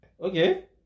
Okay